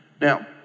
Now